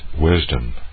wisdom